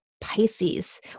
Pisces